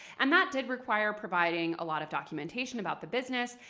and that did require providing a lot of documentation about the business,